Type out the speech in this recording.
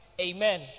Amen